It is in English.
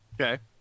Okay